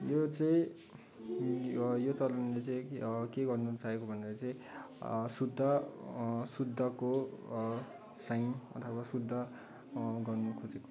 यो चाहिँ यो चलनले चाहिँ के के गर्नु चाहेको भन्दाखेरि चाहिँ शुद्ध शुद्धको साइन अथवा शुद्ध गर्नुखोजेको हो